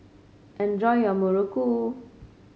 enjoy your Muruku